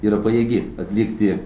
yra pajėgi atlikti